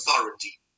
authority